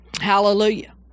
Hallelujah